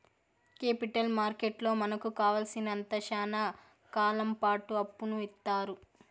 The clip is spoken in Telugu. కేపిటల్ మార్కెట్లో మనకు కావాలసినంత శ్యానా కాలంపాటు అప్పును ఇత్తారు